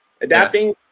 Adapting